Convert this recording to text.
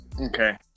okay